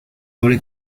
hable